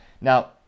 Now